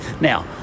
now